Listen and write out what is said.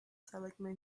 seligman